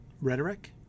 Rhetoric